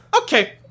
Okay